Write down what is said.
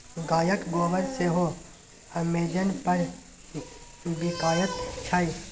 गायक गोबर सेहो अमेजन पर बिकायत छै